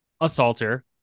assaulter